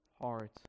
heart